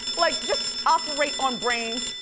like, just operate on brains.